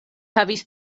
havis